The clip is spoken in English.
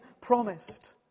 promised